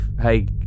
hey